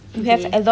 okay